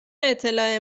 اطلاع